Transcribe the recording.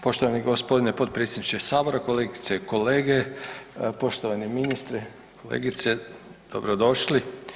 Poštovani g. potpredsjedniče sabora, kolegice i kolege, poštovani ministre, kolegice dobro došli.